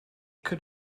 could